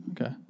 okay